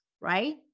right